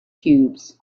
cubes